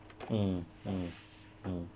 mm mm mm